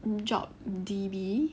Job D_B